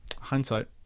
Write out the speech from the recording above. Hindsight